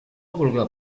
vulga